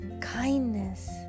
kindness